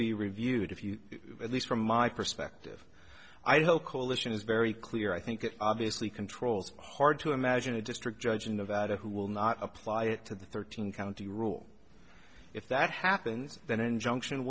be reviewed if you at least from my perspective i hope coalition is very clear i think it obviously controls hard to imagine a district judge in the vat who will not apply it to the thirteen county rule if that happens then junction